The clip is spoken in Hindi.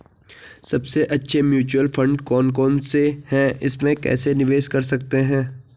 सबसे अच्छे म्यूचुअल फंड कौन कौनसे हैं इसमें कैसे निवेश कर सकते हैं?